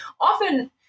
often